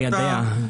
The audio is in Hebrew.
ליידע.